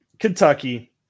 Kentucky